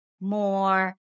more